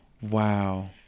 wow